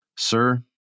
Sir